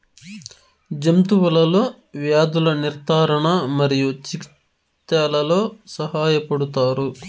జంతువులలో వ్యాధుల నిర్ధారణ మరియు చికిత్చలో సహాయపడుతారు